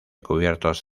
cubiertos